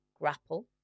Grapple